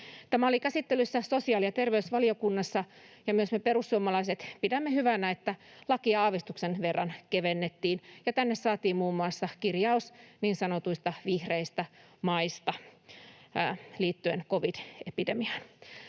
Tämä oli käsittelyssä sosiaali- ja terveysvaliokunnassa. Myös me perussuomalaiset pidämme hyvänä, että lakia aavistuksen verran kevennettiin ja tänne saatiin muun muassa kirjaus niin sanotuista vihreistä maista liittyen covid-epidemiaan.